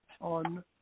on